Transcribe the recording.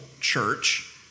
church